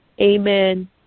amen